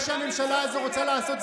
מה שהממשלה הזו רוצה לעשות,